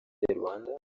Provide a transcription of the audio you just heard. rwanda